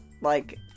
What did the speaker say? like-